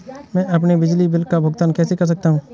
मैं अपने बिजली बिल का भुगतान कैसे कर सकता हूँ?